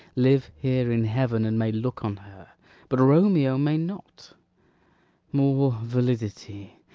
live here in heaven, and may look on her but romeo may not more validity,